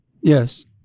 Yes